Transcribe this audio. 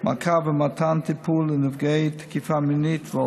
ומעקב ומתן טיפול לנפגעי תקיפה מינית.